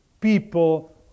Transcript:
people